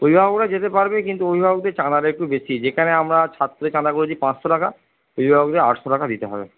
অভিভাবকরা যেতে পারবে কিন্তু অভিভাবকদের চাঁদাটা একটু বেশি যেখানে আমরা ছাত্রদের চাঁদা করেছি পাঁচশো টাকা অভিভাবকদের আটশো টাকা দিতে হবে